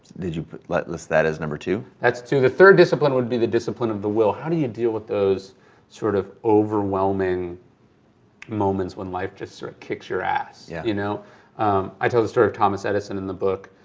did you but list that as number two? that's two, the third discipline would be the discipline of the will. how do you deal with those sort of overwhelming moments when life just sort of kicks your ass? yeah you know i told the story of thomas edison in the book,